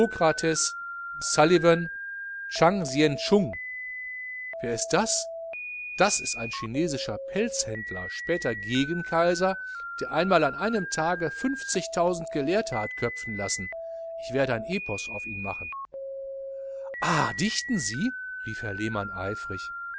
tschang hsien tschung wer ist das das ist ein chinesischer pelzhändler später gegenkaiser der einmal an einem tage gelehrte hat köpfen lassen ich werde ein epos auf ihn machen ach dichten sie rief herr lehmann eifrig